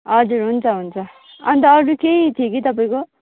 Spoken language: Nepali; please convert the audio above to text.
हजुर हुन्छ हुन्छ अन्त अरू केही थियो कि तपाईँको